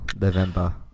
November